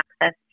access